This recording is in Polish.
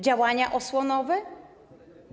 Działania osłonowe?